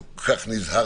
כל כך נזהרתי,